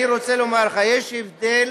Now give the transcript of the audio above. אני רוצה לומר לך, יש הבדל